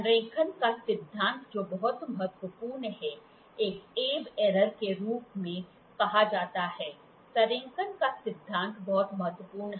संरेखण का सिद्धांत जो बहुत महत्वपूर्ण है एक एब्बे की एरर Abbe's errorके रूप में कुछ कहा जाता है संरेखण का सिद्धांत बहुत महत्वपूर्ण है